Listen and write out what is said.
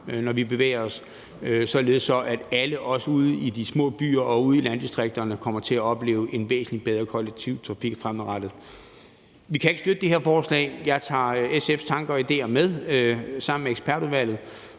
når vi bevæger os, således at alle os ude i de små byer og ude i landdistrikterne kommer til at opleve en væsentlig bedre kollektiv trafik fremadrettet. Vi kan ikke støtte det her forslag. Jeg tager SF's tanker og idéer med mig sammen med ekspertudvalgets.